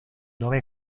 dove